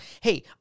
hey